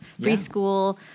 preschool